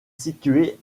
situé